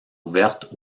ouvertes